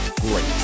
great